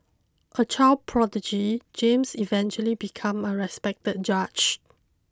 a child prodigy James eventually become a respected judge